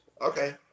Okay